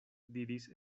diris